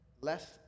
less